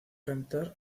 cantar